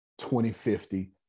2050